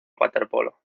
waterpolo